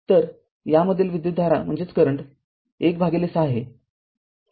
तर यामधील विद्युतधारा १ भागिले ६ आहे